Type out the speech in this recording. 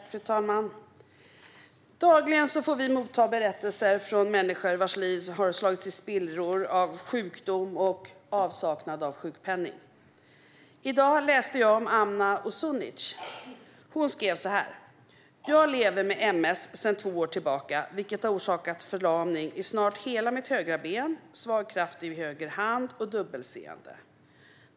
Fru talman! Dagligen får vi motta berättelser från människor vars liv har slagits i spillror av sjukdom och avsaknad av sjukpenning. I dag läste jag om Amna Uzunic. Hon skrev så här: Jag lever med ms sedan två år tillbaka, vilket har orsakat förlamning i snart hela mitt högra ben, svag kraft i höger hand och dubbelseende.